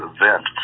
event